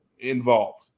involved